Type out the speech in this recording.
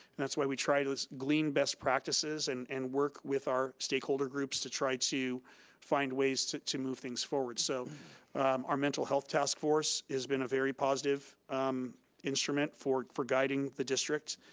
that's why we try to glean best practices, and and work with our stakeholder groups, to try to find ways to to move things forward. so our mental health task force, has been a very positive instrument for for guiding the district.